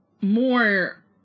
more